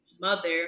mother